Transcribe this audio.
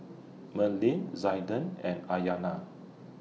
Marlee Zaiden and Aiyana